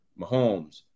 Mahomes